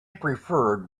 preferred